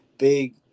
big